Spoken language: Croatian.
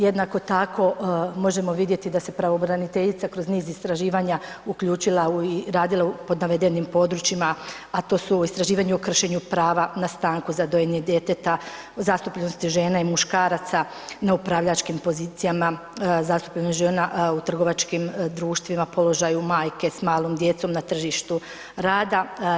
Jednako tako možemo vidjeti da se pravobraniteljica kroz niz istraživanja uključila i radila pod navedenim područjima, a to su istraživanja o kršenju prava na stanku za dojenje djeteta, zastupljenost žena i muškaraca na upravljačkim pozicijama, zastupljenost žena u trgovačkim društvima, položaju majke s malom djecom na tržištu rada.